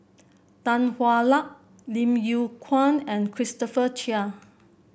Tan Hwa Luck Lim Yew Kuan and Christopher Chia